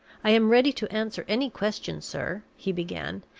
i am ready to answer any question, sir, he began.